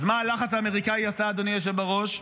אז מה הלחץ האמריקאי עשה, אדוני היושב בראש?